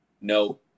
no